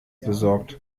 besorgt